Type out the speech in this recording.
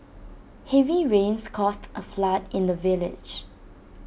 heavy rains caused A flood in the village